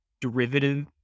derivative